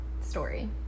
story